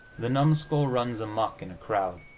the numskull runs amuck in a crowd,